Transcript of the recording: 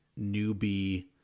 newbie